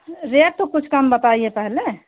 rate तो कुछ कम बताइए पहले